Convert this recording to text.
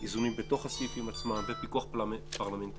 איזונים בתוך הסעיפים עצמם ופיקוח פרלמנטרי.